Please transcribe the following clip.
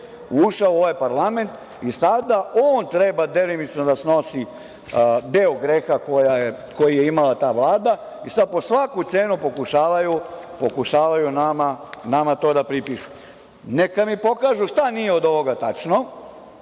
ušao u ovaj parlament i sada on treba delimično da snosi deo greha koji je imala ta Vlada, i sad po svaku cenu pokušavaju nama to da pripišu. Neka mi pokažu šta nije od ovoga tačno